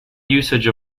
usage